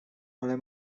ale